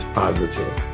positive